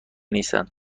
نیستند